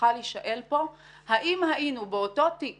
שצריכה להישאל פה היא: אם היינו באותו תיק